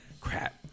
Crap